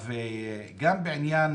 גם בעניין